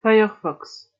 firefox